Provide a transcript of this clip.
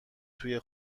توی